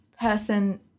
person